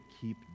keep